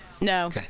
No